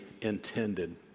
intended